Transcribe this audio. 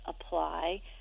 apply